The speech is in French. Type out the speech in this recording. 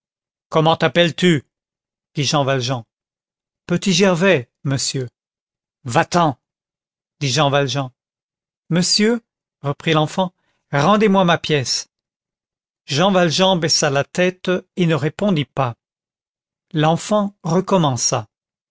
comment t'appelles-tu dit jean valjean petit gervais monsieur va-t'en dit jean valjean monsieur reprit l'enfant rendez-moi ma pièce jean valjean baissa la tête et ne répondit pas l'enfant recommença